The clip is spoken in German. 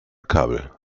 kabel